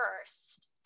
first